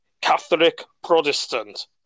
Catholic-Protestant